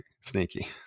sneaky